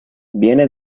viene